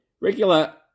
Regular